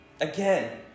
Again